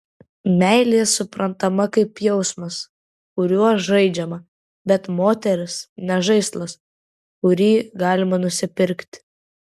meilė suprantama kaip jausmas kuriuo žaidžiama bet moteris ne žaislas kurį galima nusipirkti